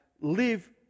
live